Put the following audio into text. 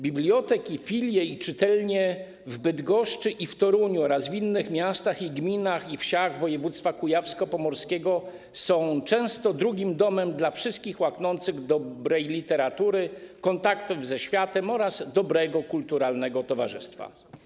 Biblioteki, filie i czytelnie w Bydgoszczy i w Toruniu oraz w innych miastach, gminach i wsiach województwa kujawsko-pomorskiego są często drugim domem dla wszystkich łaknących dobrej literatury, kontaktów ze światem oraz dobrego, kulturalnego towarzystwa.